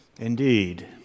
Indeed